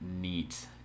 neat